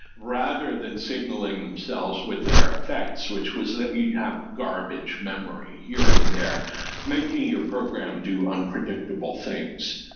rather than signaling themselves with their effects, which was that you'd have garbage memory. you're in there making your program do unpredictable things.